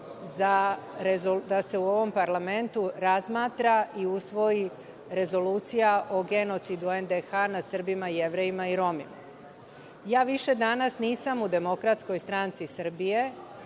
da se u ovom parlamentu razmatra i usvoji Rezolucija o genocidu NDH nad Srbima, Jevrejima i Romima. Ja više danas nisam u DSS, u jednom sam drugom